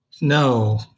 no